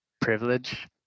privilege